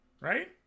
right